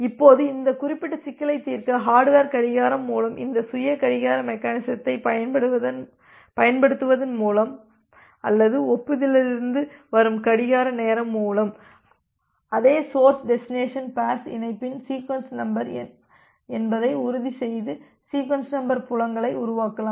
இப்போது இந்த குறிப்பிட்ட சிக்கலைத் தீர்க்க ஹர்டுவேர் கடிகாரம் மூலம் இந்த சுய கடிகார மெக்கெனிசத்தை பயன்படுத்துவதன் மூலம் அல்லது ஒப்புதலிலிருந்து வரும் கடிகாரநேரம் மூலம் அதே சோர்ஸ் டெஸ்டினேசன் பேர்ஸ் இணைப்பின் சீக்வென்ஸ் நம்பர் என்பதை உறுதிசெய்து சீக்வென்ஸ் நம்பர் புலங்களை உருவாக்கலாம்